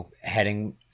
heading